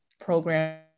program